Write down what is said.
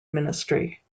ministry